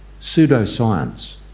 pseudoscience